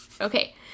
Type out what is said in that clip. Okay